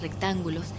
rectángulos